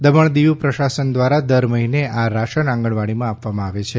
દમણ દીવ પ્રશાસન દ્રારા દર મહિને આ રાશન આંગણવાડીમાં આપવામાં આવે છે